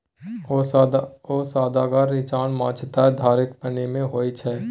सोअदगर इचना माछ त धारेक पानिमे होए छै